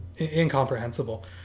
incomprehensible